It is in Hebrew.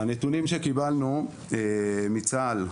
נתונים שקיבלנו מצה"ל: